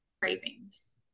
cravings